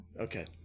Okay